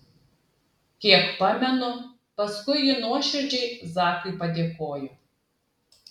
kiek pamenu paskui ji nuoširdžiai zakui padėkojo